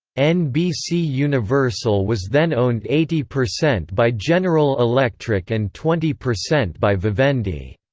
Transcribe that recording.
nbc universal was then owned eighty percent by general electric and twenty percent by vivendi.